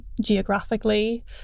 geographically